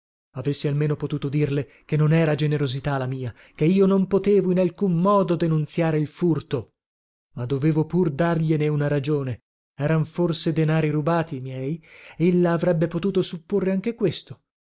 avessi almeno potuto dirle che non era generosità la mia che io non potevo in alcun modo denunziare il furto ma dovevo pur dargliene una ragione eran forse denari rubati i miei ella avrebbe potuto supporre anche questo